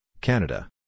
Canada